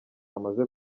bamaze